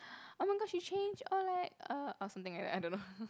oh my god she change or like uh or something like that I don't know